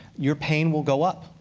your pain will go up.